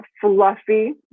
fluffy